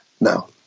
now